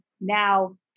now